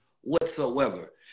whatsoever